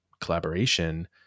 collaboration